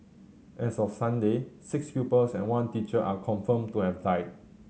as of Sunday six pupils and one teacher are confirmed to have died